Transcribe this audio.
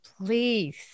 please